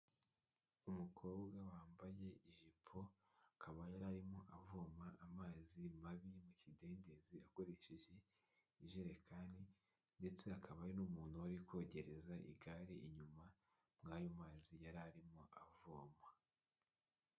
Umukobwa wambaye ijipo akaba yari arimo avoma amazi mabi mu kidendezi akoresheje ijerekani, ndetse hakaba hari n'umuntu wari uri kogereza igare inyuma mw'ayo mazi yari arimo avoma.